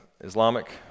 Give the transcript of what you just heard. Islamic